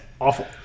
awful